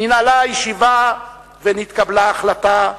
ננעלה הישיבה ונתקבלה ההחלטה,